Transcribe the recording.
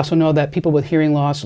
also know that people with hearing loss